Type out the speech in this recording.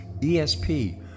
ESP